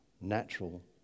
natural